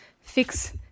fix